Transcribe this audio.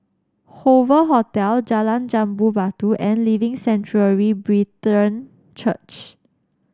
Hoover Hotel Jalan Jambu Batu and Living Sanctuary Brethren Church